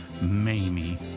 Mamie